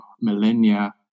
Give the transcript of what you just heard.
millennia